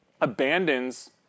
abandons